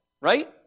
Right